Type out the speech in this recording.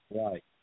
right